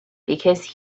because